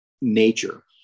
nature